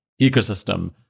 ecosystem